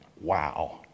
wow